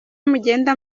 mugenda